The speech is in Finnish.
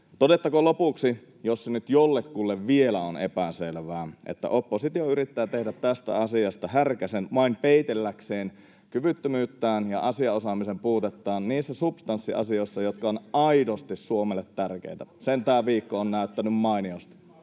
Todettakoon lopuksi, jos se nyt jollekulle vielä on epäselvää, että oppositio yrittää tehdä tästä asiasta härkäsen vain peitelläkseen kyvyttömyyttään ja asiaosaamisen puutettaan niissä substanssiasioissa, jotka ovat aidosti Suomelle tärkeitä. Sen tämä viikko on näyttänyt mainiosti.